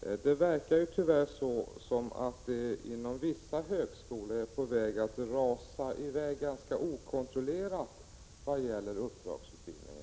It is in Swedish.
Herr talman! Det verkar tyvärr vara så att uppdragsutbildningen inom vissa högskolor rasar i väg ganska okontrollerat.